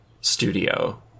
studio